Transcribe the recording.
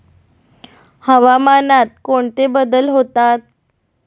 हवामानात कोणते बदल होतात?